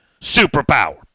superpower